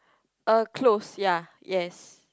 uh close ya yes